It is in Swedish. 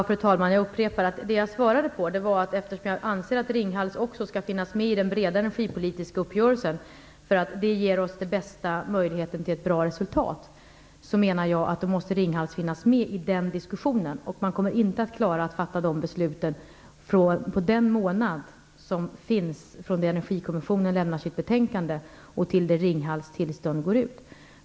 Fru talman! Jag upprepar att det jag svarade var att jag anser att Ringhals också skall finnas med i den breda energipolitiska uppgörelsen, därför att det ger oss bästa möjligheten att nå ett bra resultat. Man kommer inte att klara att fatta de besluten på en månad, dvs. från det att Energikommissionen lägger fram sitt betänkande och till dess att Ringhals tillstånd går ut.